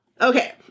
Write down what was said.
Okay